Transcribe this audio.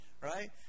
right